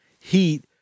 heat